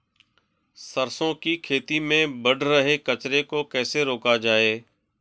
सरसों की खेती में बढ़ रहे कचरे को कैसे रोका जाए?